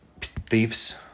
thieves